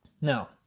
Now